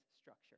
structure